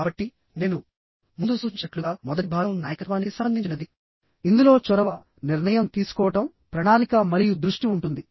కాబట్టి నేను ముందు సూచించినట్లుగా మొదటి భాగం నాయకత్వానికి సంబంధించినది ఇందులో చొరవ నిర్ణయం తీసుకోవడం ప్రణాళిక మరియు దృష్టి ఉంటుంది